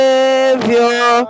Savior